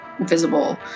visible